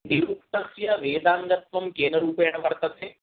निरुक्तस्य वेदाङ्गत्वं केन रूपेण वर्तते